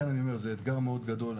זה אתגר מאוד גדול,